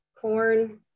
corn